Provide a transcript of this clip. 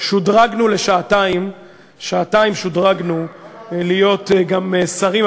שודרגנו לשעתיים להיות גם שרים.